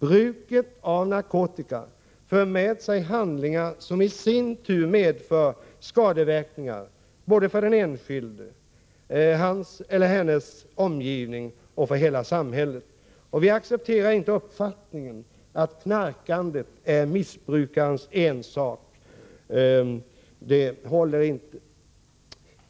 Bruket av narkotika för med sig handlingar som i sin tur medför skadeverkningar för både den enskilde, hans eller hennes omgivning och hela samhället. Vi accepterar inte uppfattningen att knarkandet är missbrukarens ensak — det håller inte.